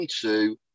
two